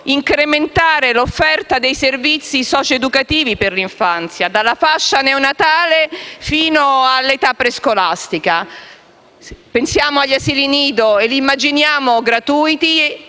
incrementare l'offerta dei servizi socio-educativi per l'infanzia, dalla fascia neonatale fino all'età prescolare. Pensiamo agli asili nido: li immaginiamo gratuiti